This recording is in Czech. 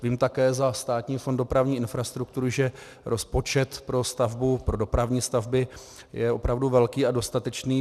Vím také za Státní fond dopravní infrastruktury, že rozpočet pro dopravní stavby je opravdu velký a dostatečný.